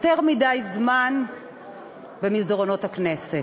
יותר מדי זמן במסדרונות הכנסת.